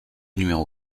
numéro